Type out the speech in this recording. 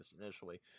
initially